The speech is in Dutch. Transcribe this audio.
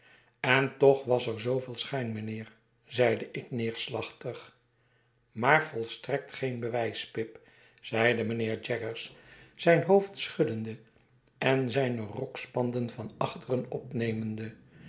en toch was er zooveel schijn mijnheer zeide ik neerslachtig maar volstrekt geen bewijs pip zeide mijnheer jaggers zijn hoofd schuddende en z'tjne rokspanden van achteren opnemende